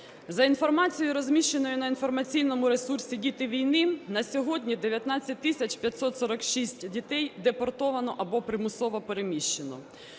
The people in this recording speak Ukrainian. За інформацією, розміщеною на інформаційному ресурсі "Діти війни", на сьогодні 19 тисяч 546 дітей депортовано або примусово переміщено.